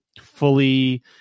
fully